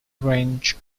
wrench